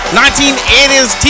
1980s